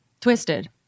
twisted